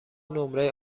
نمره